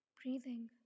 breathing